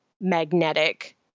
magnetic